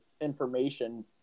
information